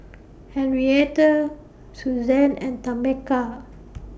Henriette Suzanne and Tameka